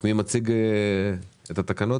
מי מציג את התקנות?